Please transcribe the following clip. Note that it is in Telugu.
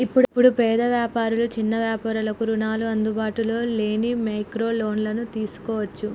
ఇప్పుడు పేద వ్యాపారులు చిన్న వ్యాపారులకు రుణాలు అందుబాటులో లేని మైక్రో లోన్లను తీసుకోవచ్చు